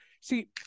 see